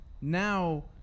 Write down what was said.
now